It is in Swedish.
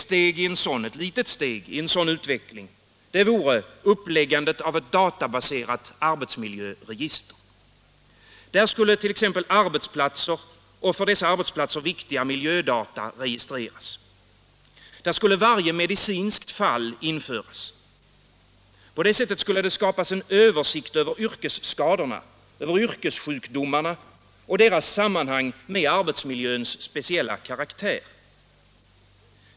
Ett litet steg i en sådan utveckling vore uppläggandet av ett databaserat arbetsmiljöregister. Där skulle t.ex. arbetsplatser och för dem viktiga miljödata registreras. Där skulle varje medicinskt fall införas. På det sättet skulle det skapas en översikt över yrkesskadorna och yrkessjukdomarna och deras sammanhang med arbetsmiljöns speciella karaktär.